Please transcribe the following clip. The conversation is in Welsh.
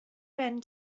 ben